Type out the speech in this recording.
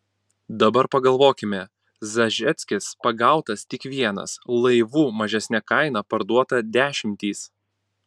dabar pagalvokime zažeckis pagautas tik vienas laivų mažesne kaina parduota dešimtys